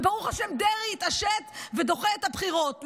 וברוך השם דרעי התעשת ודוחה את הבחירות.